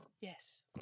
yes